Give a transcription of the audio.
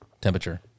temperature